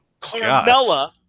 Carmella